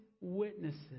witnesses